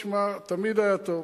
תשמע, תמיד היה טוב.